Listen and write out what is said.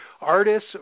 artists